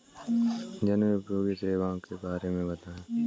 जनोपयोगी सेवाओं के बारे में बताएँ?